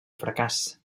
fracàs